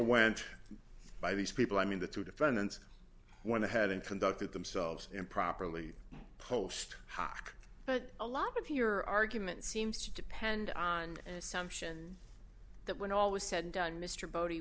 went by these people i mean the two defendants went ahead and conducted themselves improperly post hoc but a lot of your argument seems to depend on assumptions that when all was said and done mr bodie